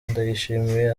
ndayishimiye